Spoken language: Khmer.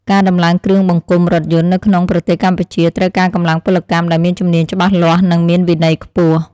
ការតម្លើងគ្រឿងបង្គុំរថយន្តនៅក្នុងប្រទេសកម្ពុជាត្រូវការកម្លាំងពលកម្មដែលមានជំនាញច្បាស់លាស់និងមានវិន័យខ្ពស់។